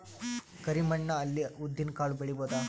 ಕರಿ ಮಣ್ಣ ಅಲ್ಲಿ ಉದ್ದಿನ್ ಕಾಳು ಬೆಳಿಬೋದ?